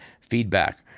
feedback